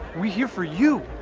we're here for you.